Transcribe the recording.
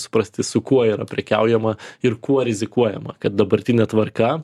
suprasti su kuo yra prekiaujama ir kuo rizikuojama kad dabartinė tvarka